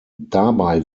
dabei